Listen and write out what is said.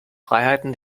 freiheiten